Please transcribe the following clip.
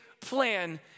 Plan